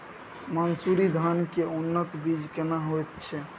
मन्सूरी धान के उन्नत बीज केना होयत छै?